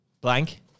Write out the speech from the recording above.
Blank